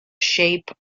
shape